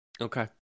Okay